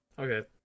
Okay